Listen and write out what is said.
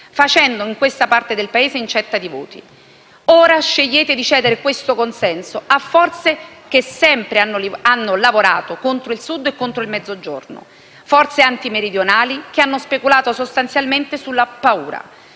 facendo in questa parte del territorio incetta di voti. Ora scegliete di cedere questo consenso a forze che sempre hanno lavorato contro il Sud e contro il Mezzogiorno, forze antimeridionali che hanno speculato sostanzialmente sulla paura.